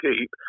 keep